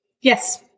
Yes